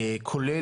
כולל